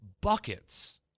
buckets